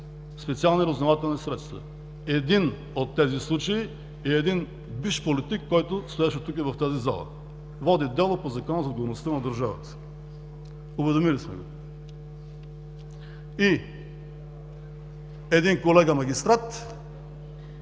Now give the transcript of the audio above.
специални разузнавателни средства. Един от тези случаи е бивш политик, който стоеше в тази зала. Води дело по Закона за отговорността на държавата. Уведомили сме го. И един колега магистрат,